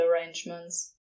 arrangements